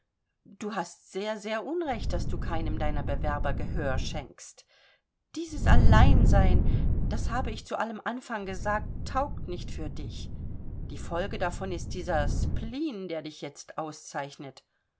du hast sehr sehr unrecht daß du keinem deiner bewerber gehör schenkst dieses alleinsein das habe ich zu allem anfang gesagt taugt nicht für dich die folge davon ist dieser spleen der dich jetzt auszeichnet